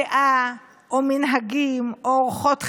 דעה או מנהגים או אורחות חיים.